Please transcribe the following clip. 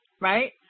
right